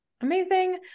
Amazing